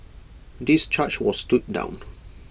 this charge was stood down